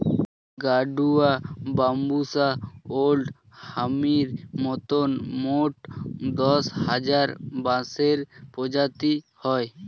গাডুয়া, বাম্বুষা ওল্ড হামির মতন মোট দশ হাজার বাঁশের প্রজাতি হয়